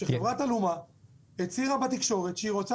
שחברת אלומה הצהירה בתקשורת שהיא רוצה